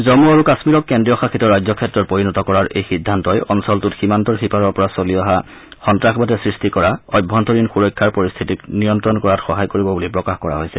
জন্মু আৰু কাশ্মীৰক কেন্দ্ৰীয় শাসিত ৰাজ্যক্ষেত্ৰত পৰিণত কৰাৰ এই সিদ্ধান্তই অঞ্চলটোত সীমান্তৰ সিপাৰৰ পৰা চলি অহা সন্ত্ৰাসবাদে সৃষ্টি কৰা অভ্যন্তৰীণ সুৰক্ষাৰ পৰিস্থিতিক নিয়ন্ত্ৰণ কৰাত সহায় কৰিব বুলি প্ৰকাশ কৰা হৈছে